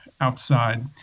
outside